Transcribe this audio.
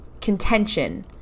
contention